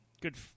Good